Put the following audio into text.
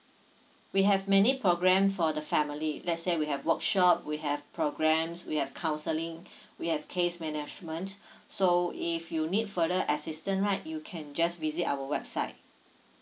we have many program for the family let's say we have workshop we have programs we have counselling we have case management so if you need further assistance right you can just visit our website